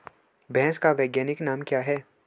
भैंस का वैज्ञानिक नाम क्या है?